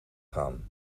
gaan